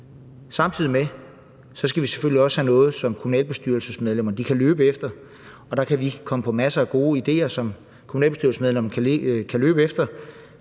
Samtidig skal vi selvfølgelig også have noget, som kommunalbestyrelsesmedlemmerne kan løbe efter, og vi kan komme på masser af gode idéer, som kommunalbestyrelsesmedlemmerne kan løbe efter.